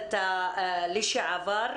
הכנסת לשעבר,